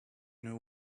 know